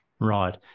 Right